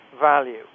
value